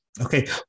Okay